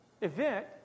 event